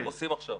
הם עושים עכשיו.